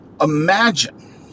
Imagine